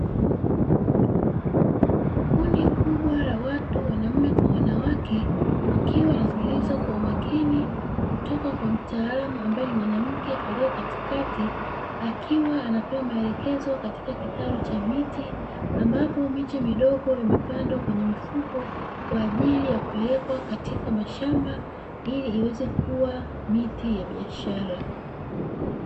Kundi kubwa la watu wanaume kwa wanawake wakiwa wanasikiliza kwa umakini kutoka kwa mtaalamu ambae ni mwanamke alie katikati, akiwa anatoa maelekezo katika kitalu cha miti ambapo miche midogo imepandwa kwenye mifuko, kwa ajili ya kupelekwa katika mashamba ili iweze kuwa miti ya biashara.